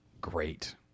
great